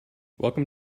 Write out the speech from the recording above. welcome